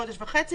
חודש וחצי,